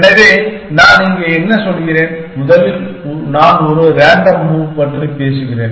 எனவே நான் இங்கே என்ன சொல்கிறேன் முதலில் நான் ஒரு ரேண்டம் மூவ் பற்றி பேசுகிறேன்